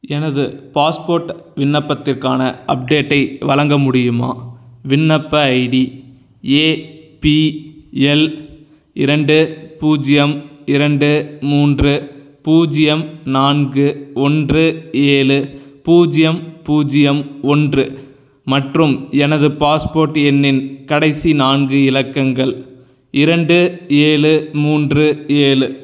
எனது பாஸ்போர்ட் விண்ணப்பத்திற்கான அப்டேட்டை வழங்க முடியுமா விண்ணப்ப ஐடி ஏபிஎல் இரண்டு பூஜ்ஜியம் இரண்டு மூன்று பூஜ்ஜியம் நான்கு ஒன்று ஏழு பூஜ்ஜியம் பூஜ்ஜியம் ஒன்று மற்றும் எனது பாஸ்போர்ட் எண்ணின் கடைசி நான்கு இலக்கங்கள் இரண்டு ஏழு மூன்று ஏழு